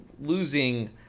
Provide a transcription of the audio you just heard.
losing